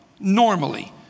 normally